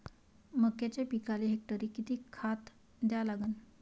मक्याच्या पिकाले हेक्टरी किती खात द्या लागन?